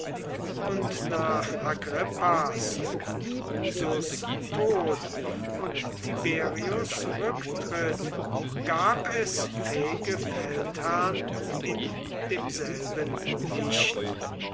und nach agrippas und drusus tod und tiberius rücktritt gab es fähige feldherrn in demselben nicht